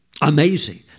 Amazing